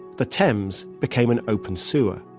the thames became an open sewer.